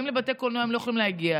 ואם לבתי הקולנוע הם לא יכולים להגיע,